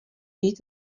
být